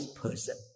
person